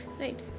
Right